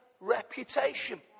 reputation